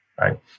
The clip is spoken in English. right